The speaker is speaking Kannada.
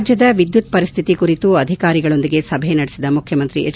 ರಾಜ್ಯದ ವಿದ್ಯುತ್ ಪರಿಶ್ಥಿತಿ ಕುರಿತು ಅಧಿಕಾರಿಗಳೊಂದಿಗೆ ಸಭೆ ನಡೆಸಿದ ಮುಖ್ಯಮಂತ್ರಿ ಎಚ್